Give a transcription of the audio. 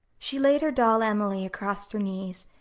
she laid her doll, emily, across her knees,